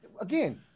Again